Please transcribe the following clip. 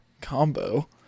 combo